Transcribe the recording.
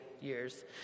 years